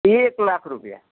એક લાખ રૂપિયા